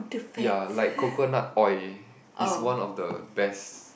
ya like coconut oil is one of the best